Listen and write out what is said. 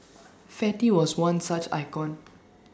fatty was one such icon